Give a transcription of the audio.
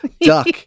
duck